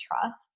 trust